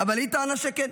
אבל היא טענה שכן.